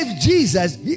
Jesus